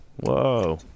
Whoa